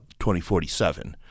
2047